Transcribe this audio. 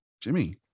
Jimmy